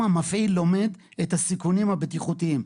המפעיל לומד שם את הסיכונים הבטיחותיים,